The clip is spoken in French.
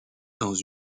dans